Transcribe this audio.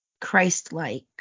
Christ-like